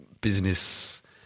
business